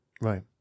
Right